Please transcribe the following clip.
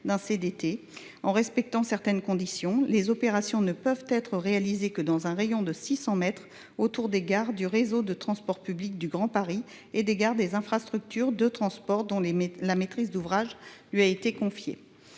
en respectant certaines conditions les opérations ne peuvent être réalisées que dans un rayon de six cents mètres autour des gares du réseau de transports publics du grand paris et d'égards des infrastructures de transport dont la maîtrise d'ouvrage lui a été confiée